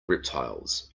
reptiles